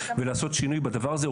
ולעשות שינוי בדבר הזה.